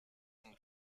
und